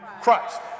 Christ